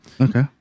Okay